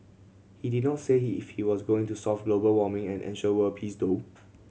he did not say he if he was going to solve global warming and ensure world peace though